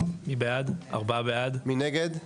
מי נגד?